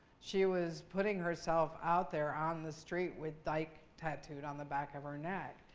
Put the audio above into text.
she was putting herself out there on the street with dike tattooed on the back of her neck.